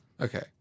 Okay